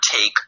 take